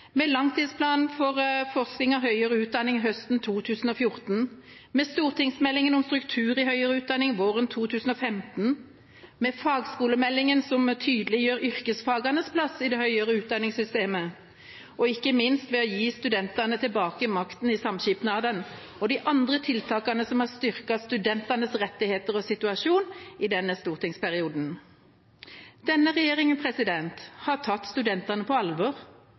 med langtidsplanen for forskning og høyere utdanning høsten 2014, med stortingsmeldinga om struktur i høyere utdanning våren 2015, med fagskolemeldinga, som tydeliggjør yrkesfagenes plass i det høyere utdanningssystemet, og ikke minst ved å gi studentene makten tilbake i samskipnadene, og med de andre tiltakene som har styrket studentenes rettigheter og situasjon i denne stortingsperioden. Denne regjeringa har tatt studentene på alvor.